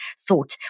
thought